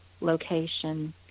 location